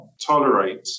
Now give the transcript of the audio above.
tolerate